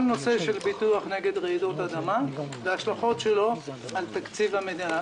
נושא הביטוח נגד רעידות אדמה וההשלכות שלו על תקציב המדינה.